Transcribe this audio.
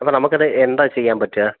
അപ്പം നമുക്ക് അത് എന്താ ചെയ്യാൻ പറ്റുക